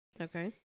Okay